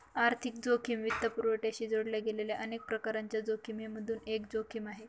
आर्थिक जोखिम वित्तपुरवठ्याशी जोडल्या गेलेल्या अनेक प्रकारांच्या जोखिमिमधून एक जोखिम आहे